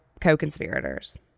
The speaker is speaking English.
co-conspirators